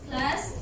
Plus